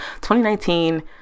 2019